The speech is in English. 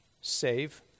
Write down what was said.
save